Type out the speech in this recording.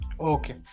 Okay